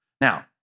Now